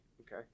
Okay